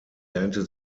lernte